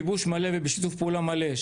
אז אתה מנוע מלתקצב ישיר כרגע?